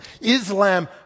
Islam